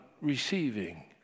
receiving